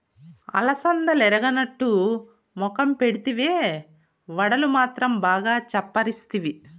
అలసందలెరగనట్టు మొఖం పెడితివే, వడలు మాత్రం బాగా చప్పరిస్తివి